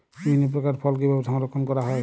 বিভিন্ন প্রকার ফল কিভাবে সংরক্ষণ করা হয়?